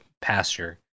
pasture